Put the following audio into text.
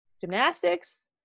gymnastics